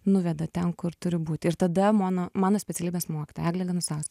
nuveda ten kur turiu būt ir tada mano mano specialybės mokytoja eglė ganusaus